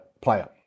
player